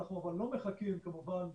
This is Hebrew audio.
אנחנו לא מחכים, כמובן,